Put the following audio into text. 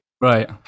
right